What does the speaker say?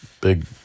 big